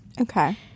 Okay